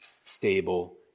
stable